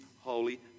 holy